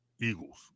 Eagles